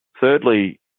thirdly